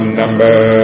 number